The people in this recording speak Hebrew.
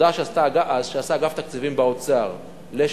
עבודה שעשה אגף התקציבים במשרד האוצר,